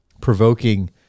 provoking